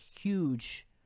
huge